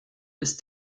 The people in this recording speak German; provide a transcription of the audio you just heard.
ist